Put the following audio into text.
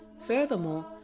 Furthermore